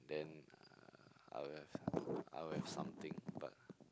then uh I would have I would have something bah